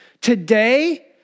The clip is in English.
Today